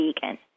vegan